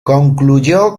concluyó